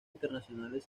internacionales